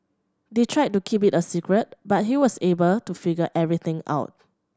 they tried to keep it a secret but he was able to figure everything out